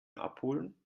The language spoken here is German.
abholen